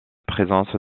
présence